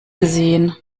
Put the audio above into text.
gesehen